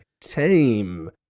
team